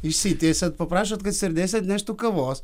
išsitiesiat paprašot kad stiuardesė atneštų kavos